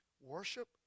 Worship